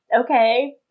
okay